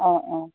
অঁ অঁ